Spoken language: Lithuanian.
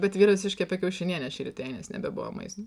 bet vyras iškepė kiaušinienės šįryt jai nes nebebuvo maisto